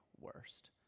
worst